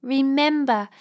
Remember